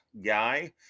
guy